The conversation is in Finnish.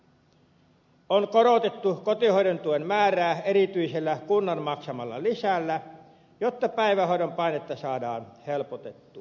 on korotettu kotihoidon tuen määrää erityisellä kunnan maksamalla lisällä jotta päivähoidon painetta saadaan helpotettua